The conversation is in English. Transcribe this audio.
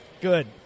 Good